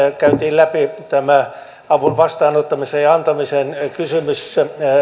käytiin läpi tämä avun vastaanottamisen ja antamisen kysymys